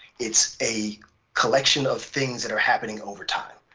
it's a collection of things that are happening over time.